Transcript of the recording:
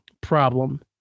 problem